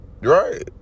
right